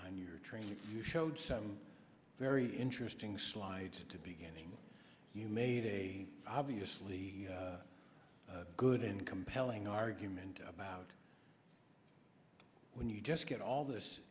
in your training you showed some very interesting slides to beginning you made a obviously good and compelling argument about when you just get all this